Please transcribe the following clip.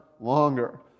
longer